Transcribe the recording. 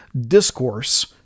discourse